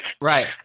Right